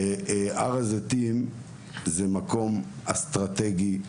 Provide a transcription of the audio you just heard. הר הזיתים זה מקום אסטרטגי,